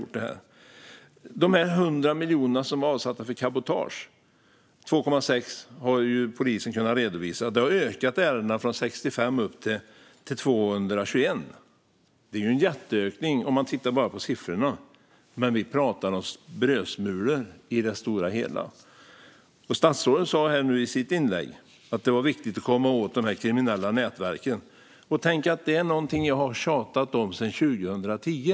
Polisen har kunnat redovisa 2,6 miljoner av de 100 miljoner som var avsatta för cabotage. Där har ärendena ökat från 65 till 221, en jätteökning, men vi pratar om brödsmulor i det stora hela. Statsrådet sa nu i sitt inlägg att det är viktigt att komma åt de kriminella nätverken. Och tänk att det är någonting som jag har tjatat om sedan 2010!